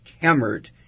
hammered